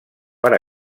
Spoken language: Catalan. per